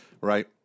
Right